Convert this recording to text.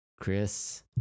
chris